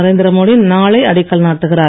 நரேந்திரமோடி நாளை அடிக்கல் நாட்டுகிறார்